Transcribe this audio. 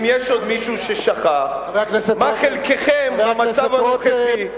אם יש עוד מישהו ששכח מה חלקכם במצב הנוכחי.